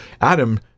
Adam